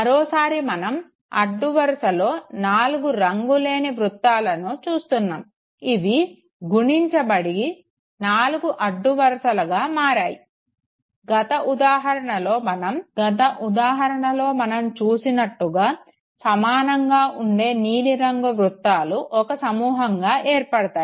మరోసారి మనం ఒక అడ్డువరుసలో నాలుగు రంగులు లేని వృత్తాలను చూస్తున్నాము ఇవి గుణించబడి నాలుగు అడ్డువరుసలుగా మారాయి గత ఉదాహరణలో మనం చూసినట్టుగా సమానంగా ఉండే నీలిరంగు వృత్తాలు ఒక సమూహంగా ఏర్పడతాయి